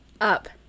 up